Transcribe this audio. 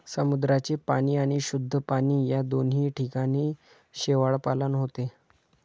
समुद्राचे पाणी आणि शुद्ध पाणी या दोन्ही ठिकाणी शेवाळपालन होते